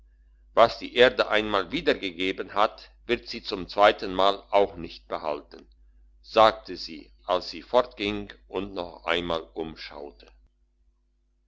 was die erde einmal wiedergegeben hat wird sie zum zweiten male auch nicht behalten sagte sie als sie fortging und noch einmal umschaute